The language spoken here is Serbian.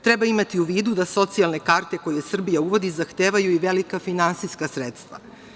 Treba imati u vidu da socijalne karte koje Srbija uvodi zahtevaju i velika finansijska sredstva.